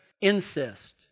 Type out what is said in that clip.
incest